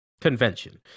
convention